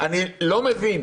אבל אני לא מבין